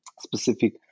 specific